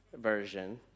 version